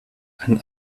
ein